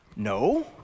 No